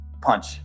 punch